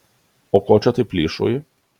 o ko čia taip plyšauji